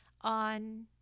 on